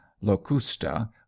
locusta